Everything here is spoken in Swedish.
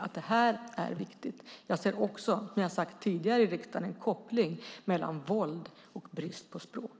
Som jag sagt tidigare i riksdagen ser jag också en koppling mellan våld och bristen på språk.